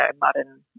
modern